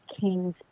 King's